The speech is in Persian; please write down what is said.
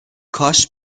کاش